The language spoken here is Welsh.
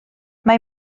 mae